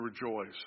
rejoice